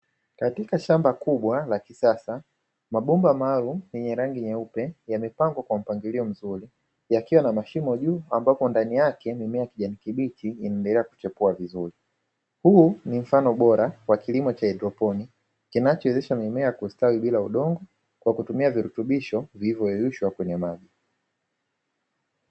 Katika shamba kubwa la kisasa, mabomba maalumu yenye rangi nyeupe, yamepangwa katika mstari yakiwa na mashimo juu, ambapo mimea ya kijani kibichi, yanaendelea kuchipua vizuri. Huu ni mfano bora wakilimo cha hydroponiki, kinachowezesha mimea kustawi bila udongo kwa kutumia virutubisho, vilivyoyeyushwa kwenye maji.